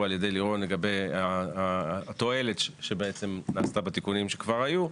על-ידי לירון לגבי התועלת שבעצם נעשתה בתיקונים שכבר היו: